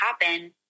happen